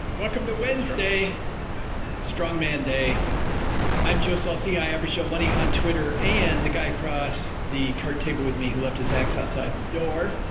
welcome to wednesday strong man day i'm joe saul-sehy. averagejoemoney on twitter and the guy across the card table with me who left his axe outside the door.